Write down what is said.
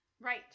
Right